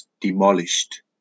demolished